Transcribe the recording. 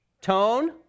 Tone